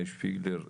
שפיגלר,